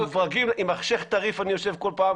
עם השייח' טריף אני יושב כל פעם.